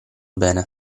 bene